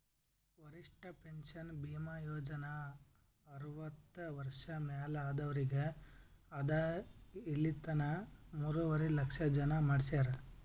ವರಿಷ್ಠ ಪೆನ್ಷನ್ ಭೀಮಾ ಯೋಜನಾ ಅರ್ವತ್ತ ವರ್ಷ ಮ್ಯಾಲ ಆದವ್ರಿಗ್ ಅದಾ ಇಲಿತನ ಮೂರುವರಿ ಲಕ್ಷ ಜನ ಮಾಡಿಸ್ಯಾರ್